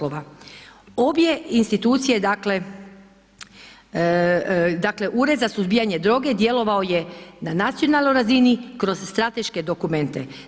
Obje institucije dakle, dakle Ured za suzbijanje droge djelovao je na nacionalnoj razini kroz strateške dokumente.